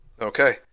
Okay